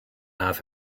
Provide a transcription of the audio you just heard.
have